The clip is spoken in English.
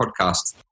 podcast